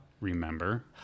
Remember